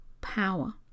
power